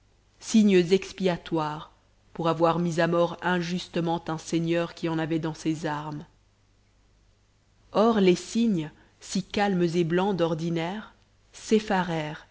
cygnes expiatoires pour avoir mis à mort injustement un seigneur qui en avait dans ses armes or les cygnes si calmes et blancs d'ordinaire